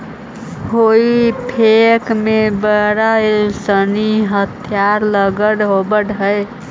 हेई फोक में बड़ा सानि हत्था लगल होवऽ हई